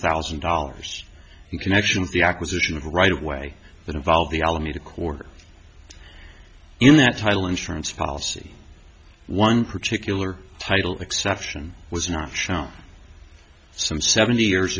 thousand dollars in connection with the acquisition of a right of way that involved the alameda court in that title insurance policy one particular title exception was not shown some seventy years